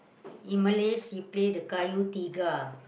in Malay she play the Kayu tiga